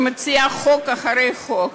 ומציעה חוק אחרי חוק,